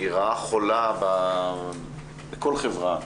רעה חולה בכל חברה,